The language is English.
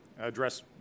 address